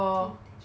intention